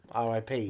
RIP